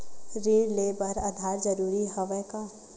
ऋण ले बर आधार जरूरी हवय का?